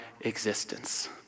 existence